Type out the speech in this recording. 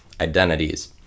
identities